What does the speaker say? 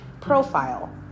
profile